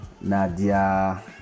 nadia